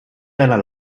seiner